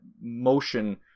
motion